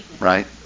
Right